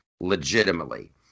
legitimately